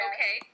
Okay